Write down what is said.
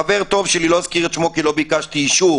חבר טוב שלי לא אזכיר את שמו כי לא ביקשתי אישור